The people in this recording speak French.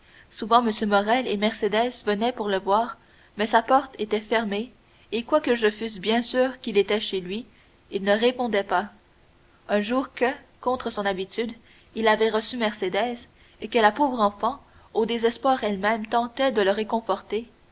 souvent m morrel et mercédès venaient pour le voir mais sa porte était fermée et quoique je fusse bien sûr qu'il était chez lui il ne répondait pas un jour que contre son habitude il avait reçu mercédès et que la pauvre enfant au désespoir elle-même tentait de le réconforter